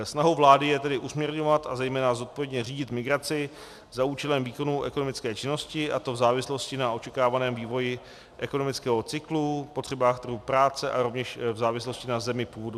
Snahou vlády je tedy usměrňovat a zejména zodpovědně řídit migraci za účelem výkonu ekonomické činnosti, a to v závislosti na očekávaném vývoji ekonomického cyklu, potřebách trhu práce a rovněž v závislosti na zemi původu cizinců.